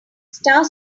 star